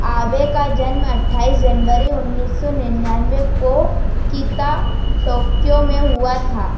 आबे का जन्म अट्ठाईस जनवरी उन्नीस सौ निन्यानवे को कीता टोक्यो में हुआ था